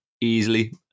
easily